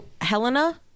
Helena